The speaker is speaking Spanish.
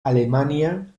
alemania